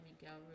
Miguel